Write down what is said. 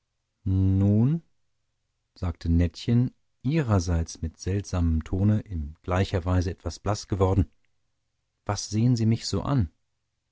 nun sagte nettchen ihrerseits mit seltsamem tone in gleicher weise etwas blaß geworden was sehen sie mich so an